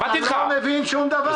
אבל אתה לא מבין שום דבר.